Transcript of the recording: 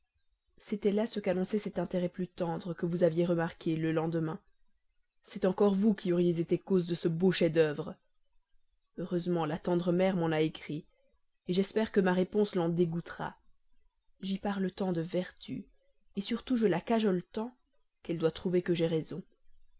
c'était là ce qu'annonçait cet intérêt plus tendre que vous aviez remarqué le lendemain c'est encore vous qui auriez été cause de ce beau chef-d'œuvre heureusement la tendre mère m'en a écrit j'espère que ma réponse l'en dégoûtera j'y parle tant de vertu surtout je la cajole tant qu'elle doit trouver que j'ai raison